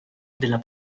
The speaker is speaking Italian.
della